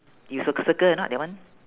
you cir~ circle or not that one